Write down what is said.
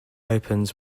opens